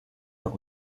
der